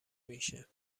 میشه